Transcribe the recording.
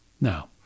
Now